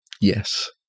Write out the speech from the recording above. Yes